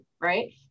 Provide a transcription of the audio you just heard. right